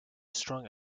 strong